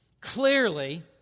Clearly